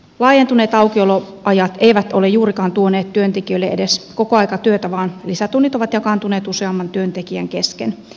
laajentuneet aukioloajat eivät ole juurikaan tuoneet työntekijöille edes kokoaikatyötä vaan lisätunnit ovat jakaantuneet useamman työntekijän kesken